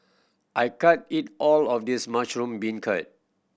I can't eat all of this mushroom beancurd